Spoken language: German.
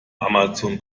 amazon